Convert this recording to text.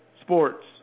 sports